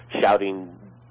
shouting